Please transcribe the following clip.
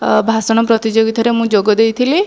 ଭାଷଣ ପ୍ରତିଯୋଗିତାରେ ମୁଁ ଯୋଗ ଦେଇଥିଲି